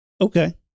Okay